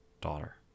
daughter